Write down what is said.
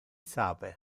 sape